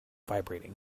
vibrating